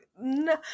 no